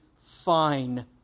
fine